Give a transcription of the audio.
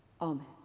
Amen